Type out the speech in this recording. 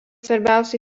svarbiausių